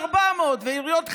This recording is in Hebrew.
400 ועיריות,